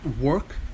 work